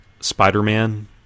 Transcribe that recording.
Spider-Man